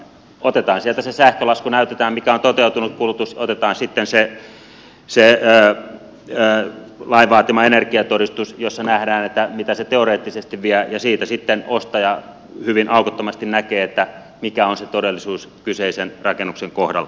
otetaan sieltä se sähkölasku näytetään mikä on toteutunut kulutus otetaan sitten se lain vaatima energiatodistus josta nähdään mitä se teoreettisesti vie ja siitä sitten ostaja hyvin aukottomasti näkee mikä on se todellisuus kyseisen rakennuksen kohdalla